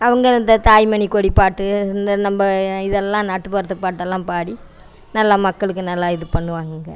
அவங்க இந்த தாய்மணிக்கொடி பாட்டு இந்த நம்ம இதெல்லாம் நாட்டுப்புறத்து பாட்டெல்லாம் பாடி நல்லா மக்களுக்கு நல்லா இது பண்ணுவாங்க